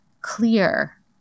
clear